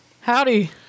Howdy